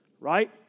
Right